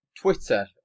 Twitter